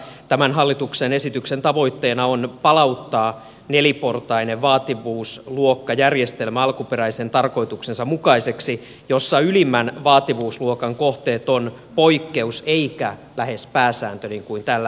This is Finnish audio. tämän hallituksen esityksen tavoitteena on palauttaa neliportainen vaativuusluokkajärjestelmä alkuperäisen tarkoituksensa mukaiseksi jossa ylimmän vaativuusluokan kohteet ovat poikkeus eikä lähes pääsääntö niin kuin tällä hetkellä on